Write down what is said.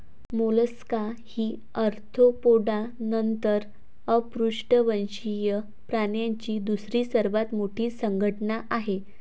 Mollusca ही Arthropoda नंतर अपृष्ठवंशीय प्राण्यांची दुसरी सर्वात मोठी संघटना आहे